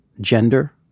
gender